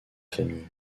famille